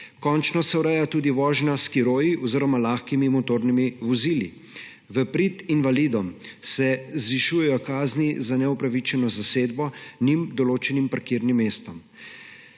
Končno se ureja tudi vožnja s skiroji oziroma lahkimi motornimi vozili. V prid invalidom se zvišujejo kazni za neupravičeno zasedbo njim določenim parkirnim mestom.